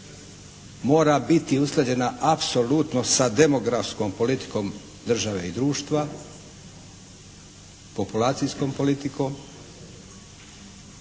Mora biti usklađena apsolutno sa demografskom politikom države i društva, populacijskom politikom,